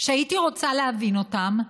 שהייתי רוצה להבין אותם.